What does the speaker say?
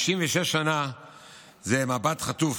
56 שנים זה מבט חטוף,